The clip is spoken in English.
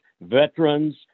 veterans